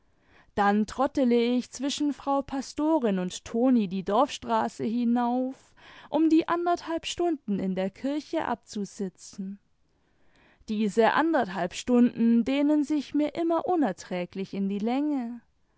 dann trottele ich zwischen frau pastorin und toni die dorfstraße hinauf um die anderthalb stunden in der kirche abzusitzen diese anderthalb stunden dehnen sich nur immer unerträglich in die länge